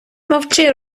мовчи